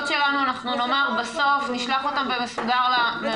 והוספנו פסקה חדשה שמדברת על ההגבלות